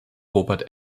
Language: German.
robert